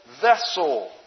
vessel